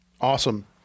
Awesome